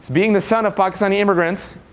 being the son of pakistan immigrants,